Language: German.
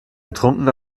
getrunken